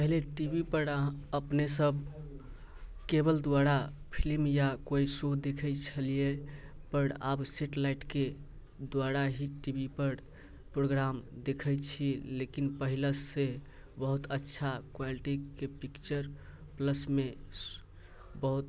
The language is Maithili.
पहिले टी वी पर अहाँ अपने सभ केबल द्वारा फिलिम या कोइ शो देखैत छलियै पर आब सेटलाइटके द्वारा ही टी वी पर प्रोग्राम देखै छी लेकिन पहिलऽ से बहुत अच्छा क्वालिटीके पिक्चर प्लसमे सु बहुत